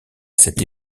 cette